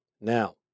Now